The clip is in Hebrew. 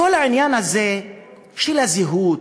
כל העניין הזה של הזהות,